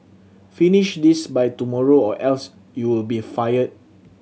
finish this by tomorrow or else you'll be fired